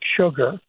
sugar